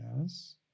Yes